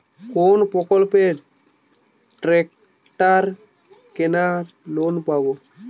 কোন প্রকল্পে ট্রাকটার কেনার লোন পাব?